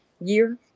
year